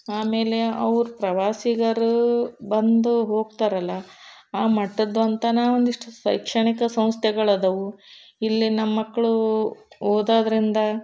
ಆಮೇಲೆ ಅವ್ರು ಪ್ರವಾಸಿಗರು ಬಂದು ಹೋಗ್ತಾರಲ್ಲ ಆ ಮಠದ್ದು ಅಂತನೇ ಒಂದಿಷ್ಟು ಶೈಕ್ಷಣಿಕ ಸಂಸ್ಥೆಗಳದವೆ ಇಲ್ಲಿ ನಮ್ಮ ಮಕ್ಳು ಓದೋದ್ರಿಂದ